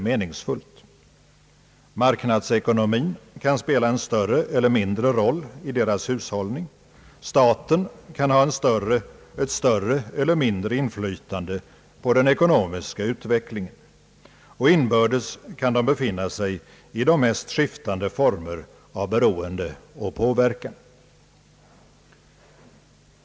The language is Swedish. Marknadsekonomin kan spela en större eller mindre roll i deras hushållning. Staten kan ha ett större eller mindre inflytande på den ekonomiska utvecklingen, och inbördes kan staterna befinna sig i de mest skiftande former av beroende och påverkan.